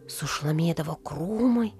sušlamėdavo krūmai